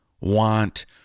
want